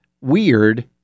weird